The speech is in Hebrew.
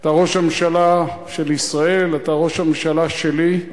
אתה ראש הממשלה של ישראל, אתה ראש הממשלה שלי,